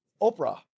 Oprah